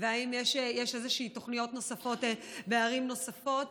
האם יש איזשהן תוכניות נוספות בערים נוספות?